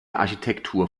architektur